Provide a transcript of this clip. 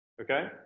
okay